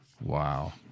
Wow